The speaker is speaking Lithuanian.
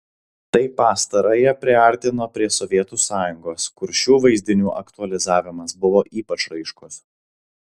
tai pastarąją priartino prie sovietų sąjungos kur šių vaizdinių aktualizavimas buvo ypač raiškus